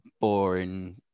boring